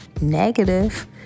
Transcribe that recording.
negative